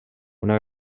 una